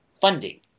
funding